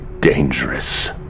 dangerous